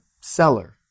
seller